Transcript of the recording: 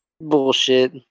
Bullshit